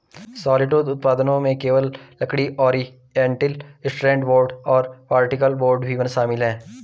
solid wood उत्पादों में केवल लकड़ी, ओरिएंटेड स्ट्रैंड बोर्ड और पार्टिकल बोर्ड भी शामिल है